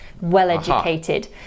well-educated